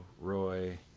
Roy